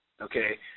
okay